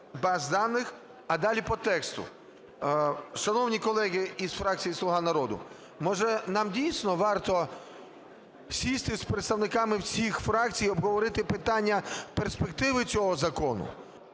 баз даних…", - а далі по тексту. Шановні колеги із фракції "Слуга народу", може, нам дійсно варто сісти з представниками всіх фракцій і обговорити питання перспективи цього закону?